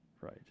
right